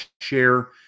Share